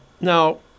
now